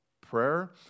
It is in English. Prayer